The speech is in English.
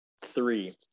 three